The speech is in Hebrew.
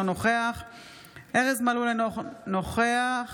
אינו נוכח